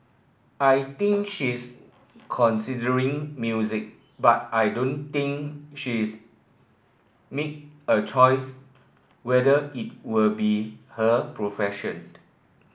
I think she's considering music but I don't think she's made a choice whether it will be her profession